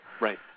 Right